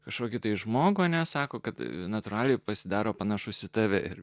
kažkokį tai žmogų nesako kad natūraliai pasidaro panašus į tave ir